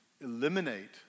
eliminate